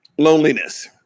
Loneliness